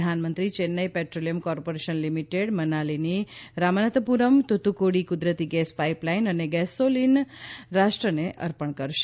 પ્રધાનમંત્રી Chennai petroleum corporation limited મનાલીની રામનાથપુરમ થોતુકુઠી કુદરતી ગેસ પાઇપલાઇન અને ગેસોલીન ડિસલ્ફીજનેશન રાષ્ટ્રને અર્પણ કરશે